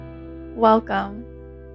Welcome